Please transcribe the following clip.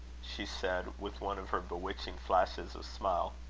she said, with one of her bewitching flashes of smile.